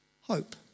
hope